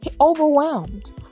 overwhelmed